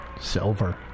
Silver